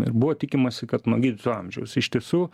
ir buvo tikimasi kad nuo gydytojo amžiaus iš tiesų